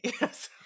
Yes